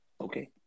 Okay